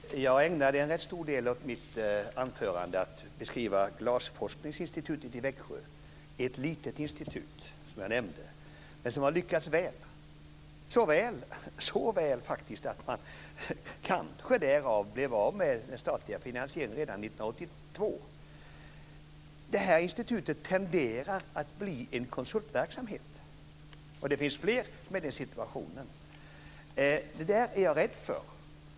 Fru talman! Jag ägnade en rätt stor del av mitt anförande åt att beskriva Glasforskningsinstitutet i Växjö, ett litet institut som jag nämnde, men som har lyckats väl. Så väl, faktiskt, att man kanske därav blev av med den statliga finansieringen redan 1982. Det här institutet tenderar att bli en konsultverksamhet, och det finns fler som är i den situationen. Det där är jag rädd för.